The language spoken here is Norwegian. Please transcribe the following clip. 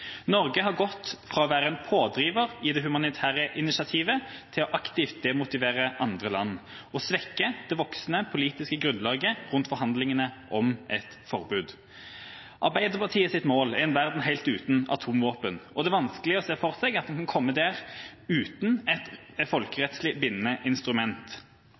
Norge har gått fra å være en pådriver i det humanitære initiativet til aktivt å demotivere andre land og svekke det voksende politiske grunnlaget rundt forhandlinger om et forbud. Arbeiderpartiets mål er en verden helt uten atomvåpen. Det er vanskelig å se for seg at en kan komme dit uten et folkerettslig bindende instrument.